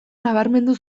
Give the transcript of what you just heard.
nabarmendu